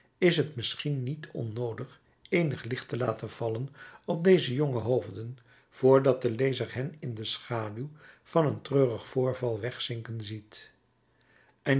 is het misschien niet onnoodig eenig licht te laten vallen op deze jonge hoofden voor dat de lezer hen in de schaduw van een treurig voorval wegzinken ziet